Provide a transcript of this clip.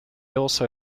also